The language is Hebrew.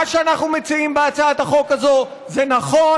מה שאנחנו מציעים בהצעת החוק הזאת זה נכון,